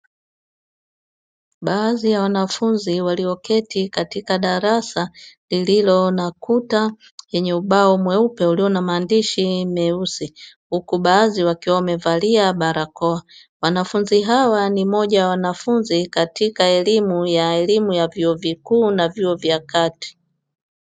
Baadhi ya wanafunzi walioketi katika darasa lililo na kuta lenye ubao mweupe iliyo na maandishi meusi, huku baadhi wakiwa wamevalia barakoa, wanafunzi hawa ni moja ya wanafunzi katika elimu ya elimu ya vyuo vikuu na vyuo vya kati.